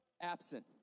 absent